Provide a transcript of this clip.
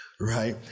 right